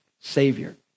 Savior